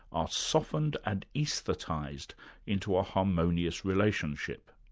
are softened and aesthetised into a harmonious relationship.